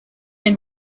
been